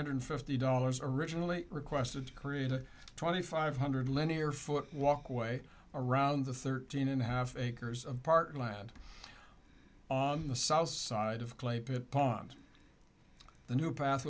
hundred fifty dollars originally requested to create a twenty five hundred linear foot walkway around the thirteen and a half acres of parkland on the south side of clay pit pond the new path